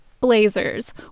blazers